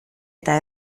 eta